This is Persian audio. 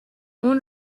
اون